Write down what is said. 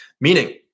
Meaning